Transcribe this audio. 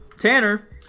Tanner